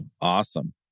Awesome